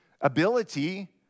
ability